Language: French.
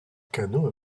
canot